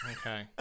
okay